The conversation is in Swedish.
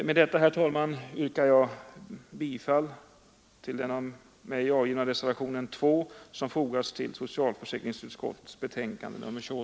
Med detta yrkar jag, herr talman, bifall till den av mig vid betänkandet avgivna reservationen 2.